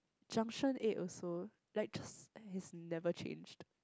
junction eight also like just has never changed